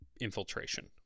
infiltration